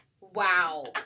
Wow